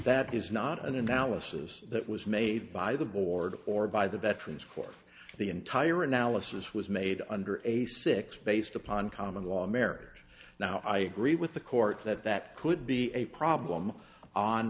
that is not an analysis that was made by the board or by the veterans for the entire analysis was made under a six based upon common law marriage now i agree with the court that that could be a problem on